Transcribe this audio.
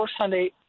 Sunday